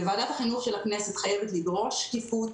ועדת החינוך של הכנסת חייבת לדרוש שקיפות,